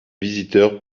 visiteurs